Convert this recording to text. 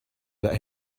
that